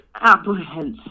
apprehensive